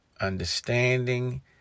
understanding